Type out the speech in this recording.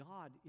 God